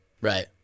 Right